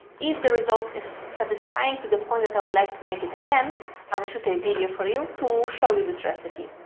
if the result is satisfying to the point that i would like to make it again i will shoot a video for you to show you this recipe.